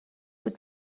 بود